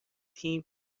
تیم